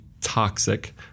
toxic